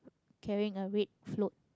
carrying a red float